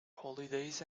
holidays